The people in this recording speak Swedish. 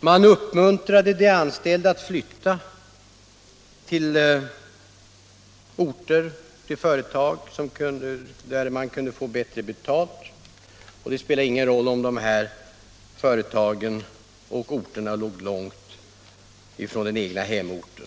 Man uppmuntrade de anställda att flytta till orter och företag, där de kunde få bättre betalt, även om de nya arbetsplatserna låg långt från deras hemort.